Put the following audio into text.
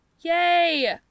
yay